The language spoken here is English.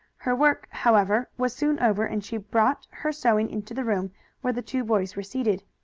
her work, however, was soon over and she brought her sewing into the room where the two boys were seated.